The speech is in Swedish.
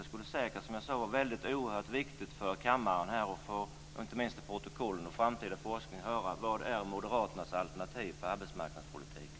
Det skulle säkert, som jag sade, vara oerhört viktigt för kammaren - och inte minst att få det i protokollet för framtida forskning - att höra vad moderaternas alternativ är i arbetsmarknadspolitiken.